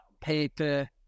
paper